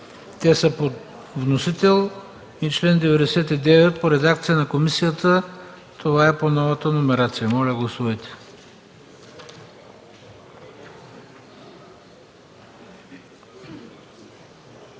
те са по вносител, и чл. 99 по редакция на комисията – това е по новата номерация. Моля, гласувайте.